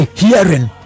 hearing